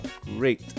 great